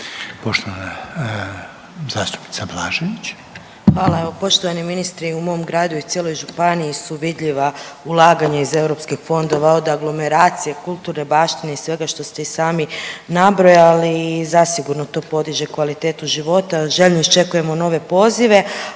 Anamarija (HDZ)** Hvala. Evo poštovani ministre i u mom gradu i cijeloj županiji su vidljiva ulaganja iz europskih fondova od aglomeracije, kulturne baštine i svega što ste i sami nabrojali i zasigurno to podiže kvalitetu života. Željno iščekujemo nove pozive.